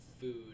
food